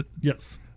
Yes